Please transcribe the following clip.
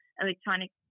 electronic